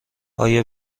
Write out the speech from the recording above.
آیا